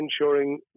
ensuring